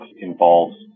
involves